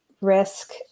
risk